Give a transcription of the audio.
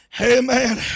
Amen